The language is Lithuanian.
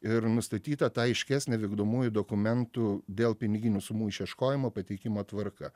ir nustatyta ta aiškesnė vykdomųjų dokumentų dėl piniginių sumų išieškojimo pateikimo tvarka